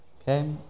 Okay